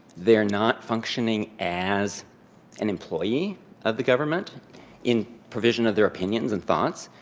they're not functioning as an employee of the government in provision of their opinions and thoughts.